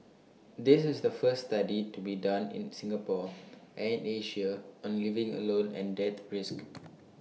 this is the first study to be done in Singapore and Asia on living alone and death risk